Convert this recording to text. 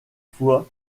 fois